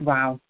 Wow